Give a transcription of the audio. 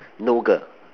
no girl